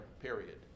period